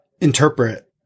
interpret